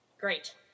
Great